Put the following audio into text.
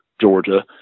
Georgia